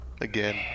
Again